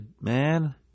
man